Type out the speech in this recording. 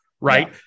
right